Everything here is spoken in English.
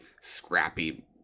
scrappy